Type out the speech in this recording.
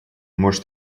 может